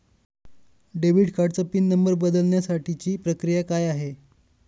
Debit कार्डचा pin number बदलण्यासाठीची प्रक्रिया काय आहे?